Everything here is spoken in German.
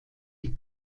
die